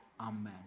Amen